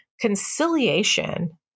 conciliation